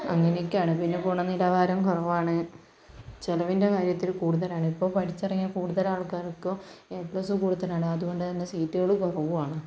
അങ്ങനെയൊക്കെയാണ് പിന്നെ ഗുണനിലവാരം കുറവാണ് ചിലവിൻ്റെ കാര്യത്തിൽ കൂടുതലാണ് ഇപ്പം പഠിച്ചിറങ്ങിയ കൂടുതലാൾക്കാർക്കും എ പ്ലസ് കൂടുതലാണ് അതുകൊണ്ട് തന്നെ സീറ്റുകള് കുറവുമാണ്